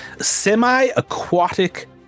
semi-aquatic